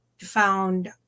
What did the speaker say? found